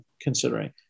considering